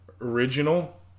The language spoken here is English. original